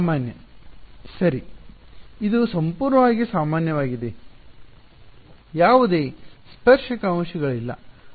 ಸಾಮಾನ್ಯ ಸರಿನಾ ಇದು ಸಂಪೂರ್ಣವಾಗಿ ಸಾಮಾನ್ಯವಾಗಿದೆ ಯಾವುದೇ ಸ್ಪರ್ಶಕ ಅಂಶಗಳಿಲ್ಲ